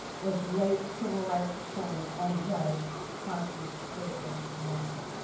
was the late civil rights attorney and judge, constance baker motley.